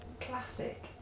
classic